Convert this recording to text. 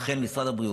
לכן משרד הבריאות,